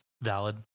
valid